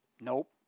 nope